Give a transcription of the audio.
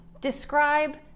describe